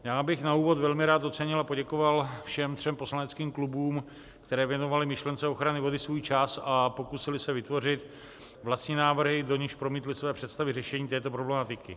Já bych na úvod velmi rád ocenil a poděkoval všem třem poslaneckým klubům, které věnovaly myšlence ochrany vody svůj čas a pokusily se vytvořit vlastní návrhy, do nichž promítly své představy řešení této problematiky.